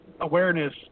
awareness